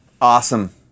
awesome